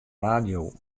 radio